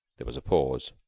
there was a pause.